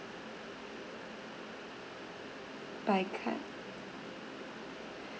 by card